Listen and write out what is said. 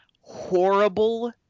horrible